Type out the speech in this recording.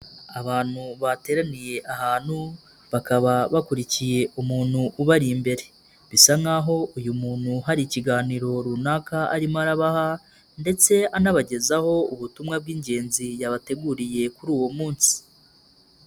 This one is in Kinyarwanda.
Abantu bateraniye ahantu bakaba bakurikiye umuntu ubari imbere. Bisa nk'aho uyu muntu hari ikiganiro runaka arimo arabaha ndetse anabagezaho ubutumwa bw'ingenzi yabateguriye kuri uwo munsi.